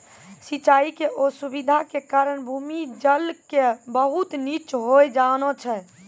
सिचाई के असुविधा के कारण भूमि जल के बहुत नीचॅ होय जाना छै